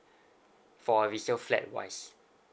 for a resale flat wise